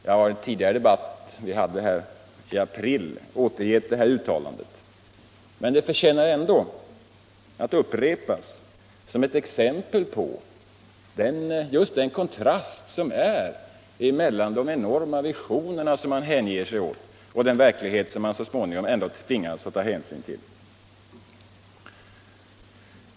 I en tidigare debatt här i april har jag återgett det uttalandet, men det förtjänar ändå att upprepas som ett exempel på just kontrasten mellan de enorma visioner man hänger sig åt och den verklighet som man ändå så småningom tvingas ta hänsyn till.